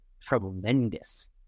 tremendous